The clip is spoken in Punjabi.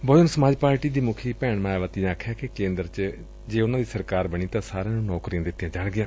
ਬਹੁਜਨ ਸਮਾਜ ਪਾਰਟੀ ਦੀ ਮੁਖੀ ਭੈਣ ਮਾਇਆਵਤੀ ਨੇ ਕਿਹੈ ਕਿ ਜੇ ਕੇਂਦਰ ਚ ਉਨੁਾਂ ਦੀ ਸਰਕਾਰ ਬਣੀ ਤਾਂ ਸਾਰਿਆਂ ਨੁੰ ਨੌਕਰੀਆਂ ਦਿੱਤੀਆਂ ਜਾਣਗੀਆਂ